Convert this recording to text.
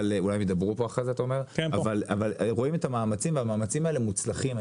אבל רואים את המאמצים והמאמצים האלה מוצלחים.